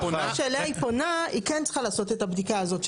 לגבי החברה שאליה היא פונה היא כן צריכה לעשות את הבדיקה הזאת,